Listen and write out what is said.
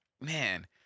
man